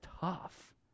tough